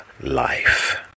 Life